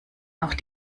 auch